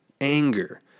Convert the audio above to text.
anger